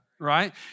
right